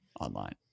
online